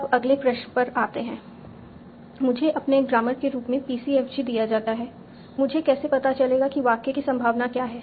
अब अगले प्रश्न पर आते हैं मुझे अपने ग्रामर के रूप में PCFG दिया जाता है मुझे कैसे पता चलेगा कि वाक्य की संभावना क्या है